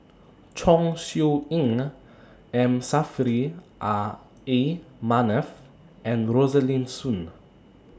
Chong Siew Ying M Saffri A Manaf and Rosaline Soon